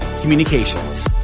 Communications